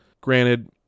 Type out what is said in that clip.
Granted